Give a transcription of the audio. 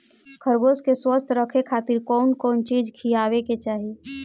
खरगोश के स्वस्थ रखे खातिर कउन कउन चिज खिआवे के चाही?